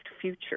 future